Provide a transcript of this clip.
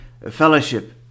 Fellowship